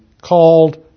called